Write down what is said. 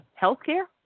healthcare